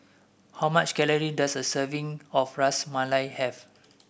how much calories does a serving of Ras Malai have